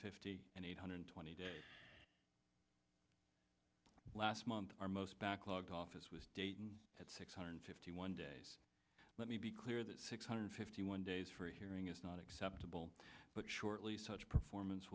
fifty and eight hundred twenty days last month our most backlog office was dayton at six hundred fifty one days let me be clear that six hundred fifty one days for a hearing is not acceptable but shortly such performance